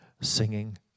singing